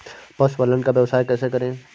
पशुपालन का व्यवसाय कैसे करें?